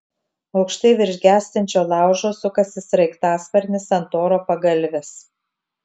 aukštai virš gęstančio laužo sukasi sraigtasparnis ant oro pagalvės